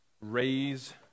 raise